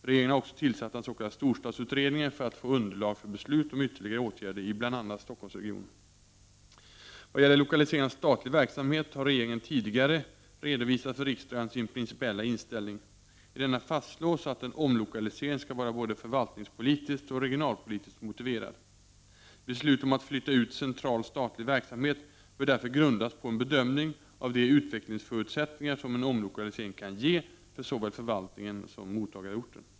Regeringen har också tillsatt den s.k. storstadsutredningen för att få underlag för beslut om ytterligare åtgärder i bl.a. Stockholmsregionen. Vad gäller lokalisering av statlig verksamhet har regeringen tidigare redovisat för riksdagen sin principiella inställning. I denna fastslås att en omlokalisering skall vara både förvaltningspolitiskt och regionalpolitiskt motiverad. Beslut om att flytta ut central statlig verksamhet bör därför grundas på en bedömning av de utvecklingsförutsättningar som en omlokalisering kan ge för såväl förvaltningen som mottagarorten.